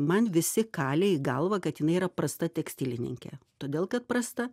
man visi kalė į galvą kad jinai yra prasta tekstilininkė todėl kad prasta